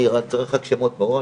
אני צריך רק שמות מראש'.